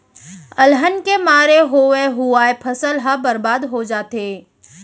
अलहन के मारे होवे हुवाए फसल ह बरबाद हो जाथे